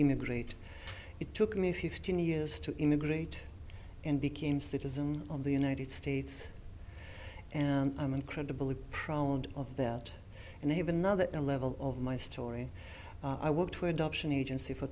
immigrate it took me fifteen years to immigrate and became citizen of the united states and i'm incredibly proud of that and i have another level of my story i worked for adoption agency for